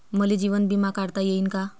मले जीवन बिमा काढता येईन का?